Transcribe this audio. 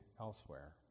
elsewhere